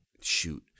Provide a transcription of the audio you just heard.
shoot